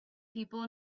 people